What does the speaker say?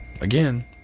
Again